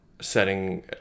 setting